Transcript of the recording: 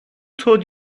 told